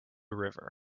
river